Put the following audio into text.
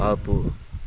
ఆపు